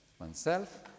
oneself